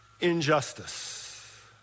injustice